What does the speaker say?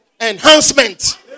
enhancement